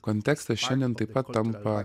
kontekstas šiandien taip pat tampa